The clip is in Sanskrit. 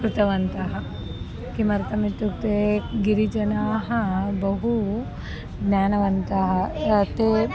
कृतवन्तः किमर्थम् इत्युक्ते गिरिजनाः बहु ज्ञानवन्तः ते